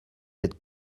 cette